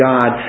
God